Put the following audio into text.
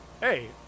hey